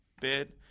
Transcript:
bid